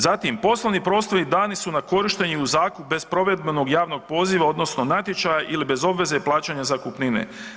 Zatim poslovni prostori dani su na korištenje u zakup bez provedbenog javnog poziva odnosno natječaja ili bez obveze plaćanja zakupnine.